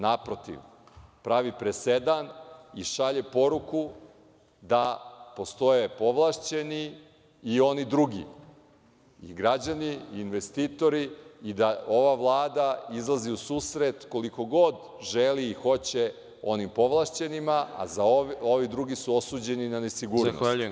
Naprotiv, pravi presedan i šalje poruku da postoje povlašćeni i oni drugi, i građani i investitori i da ova Vlada izlazi u susret koliko god želi i hoće onim povlašćenima, a ovi drugi su osuđeni na nesigurnost.